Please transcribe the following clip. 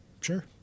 Sure